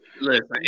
Listen